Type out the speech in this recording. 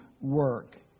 work